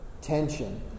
tension